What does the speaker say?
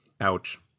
Ouch